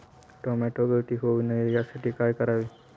Tomato गळती होऊ नये यासाठी काय करावे?